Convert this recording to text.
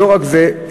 לא רק זה,